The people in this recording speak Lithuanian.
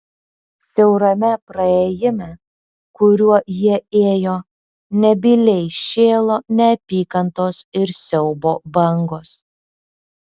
siaurame praėjime kuriuo jie ėjo nebyliai šėlo neapykantos ir siaubo bangos